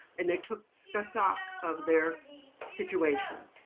and they took stock of their situation.